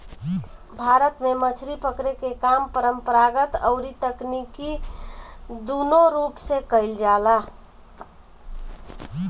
भारत में मछरी पकड़े के काम परंपरागत अउरी तकनीकी दूनो रूप से कईल जाला